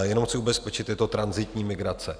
Jenom chci ubezpečit, je to tranzitní migrace.